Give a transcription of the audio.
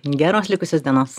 geros likusios dienos